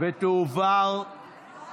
(דמי אבטלה